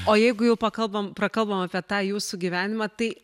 o jeigu jau pakalbam prakalbom apie tą jūsų gyvenimą tai